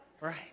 right